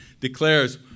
declares